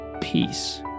peace